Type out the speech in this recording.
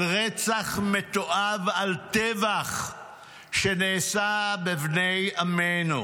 על רצח מתועב, על טבח שנעשה בבני עמנו.